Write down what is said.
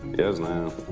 is the